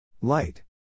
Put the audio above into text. Light